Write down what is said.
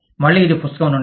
మళ్ళీ ఇది పుస్తకం నుండి